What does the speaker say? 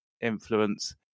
influence